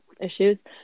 issues